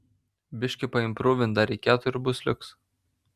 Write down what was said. biškį paimprūvint dar reikėtų ir bus liuks